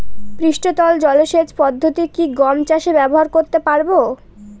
পৃষ্ঠতল জলসেচ পদ্ধতি কি গম চাষে ব্যবহার করতে পারব?